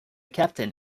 captain